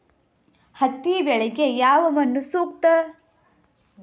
ಹತ್ತಿ ಬೆಳೆಗೆ ಯಾವ ಮಣ್ಣು ಸೂಕ್ತ?